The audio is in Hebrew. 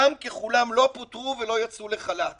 רובם ככולם לא פוטרו ולא יצאו לחל"ת.